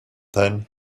then